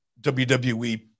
WWE